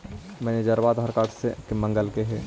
मैनेजरवा आधार कार्ड मगलके हे?